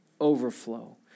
Overflow